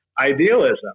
idealism